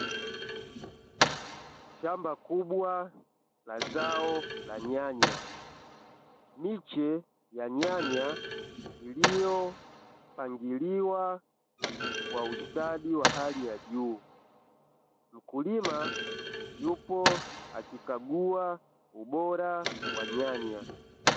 Shamba kubwa la zao la nyanya miche ya nyanya iliopangiliwa kwa ustadi wa hali ya juu hali ya juu mkulima yupo akikagua ubora wa nyanya.